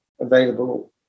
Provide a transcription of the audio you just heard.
available